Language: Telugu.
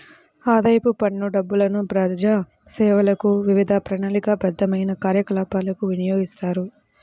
ఆదాయపు పన్ను డబ్బులను ప్రజాసేవలకు, వివిధ ప్రణాళికాబద్ధమైన కార్యకలాపాలకు వినియోగిస్తారు